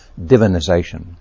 divinization